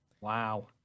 Wow